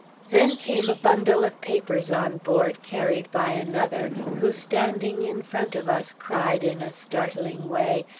then came a bundle of papers on board carried by another, who standing in front of us, cried in a startling way,